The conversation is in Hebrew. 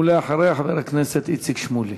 ואחריה, חבר הכנסת איציק שמולי.